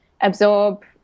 absorb